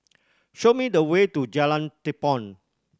show me the way to Jalan Tepong